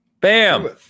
Bam